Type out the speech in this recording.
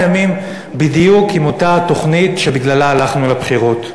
ימים בדיוק עם אותה תוכנית שבגללה הלכנו לבחירות.